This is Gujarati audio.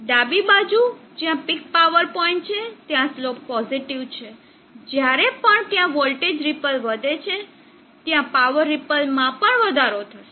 ડાબી બાજુ જ્યાં પીક પાવર પોઇન્ટ છે ત્યાં સ્લોપ પોઝિટીવ છે જ્યારે પણ ત્યાં વોલ્ટેજ રીપલ વધે છે ત્યાં પાવર રીપલ માં પણ વધારો થશે